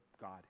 God